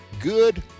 good